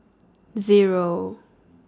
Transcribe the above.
Zero